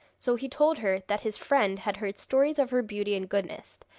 so he told her that his friend had heard stories of her beauty and goodness,